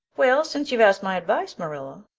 well, since you've asked my advice, marilla,